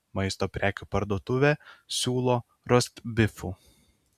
maisto prekių parduotuvė siūlo rostbifų